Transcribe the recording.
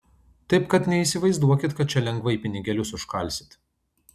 taip kad neįsivaizduokit kad čia lengvai pinigėlius užkalsit